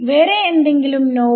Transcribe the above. വേറെ ഏതെങ്കിലും നോബ്